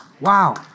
Wow